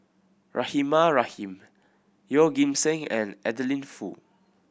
Rahimah Rahim Yeoh Ghim Seng and Adeline Foo